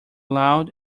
loud